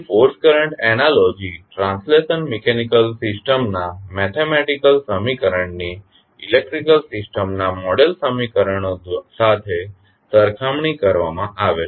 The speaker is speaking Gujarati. તેથી force current analogy translation mechanical system ના મેથીમેટીકલ સમીકરણ ની ઇલેકટ્રીકલ સિસ્ટમ ના નોડલ સમીકરણો સાથે સરખામણી કરવામાં આવે છે